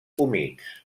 humits